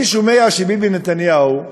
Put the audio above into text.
אני שומע שביבי נתניהו,